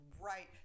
right